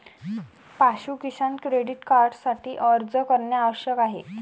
पाशु किसान क्रेडिट कार्डसाठी अर्ज करणे आवश्यक आहे